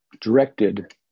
directed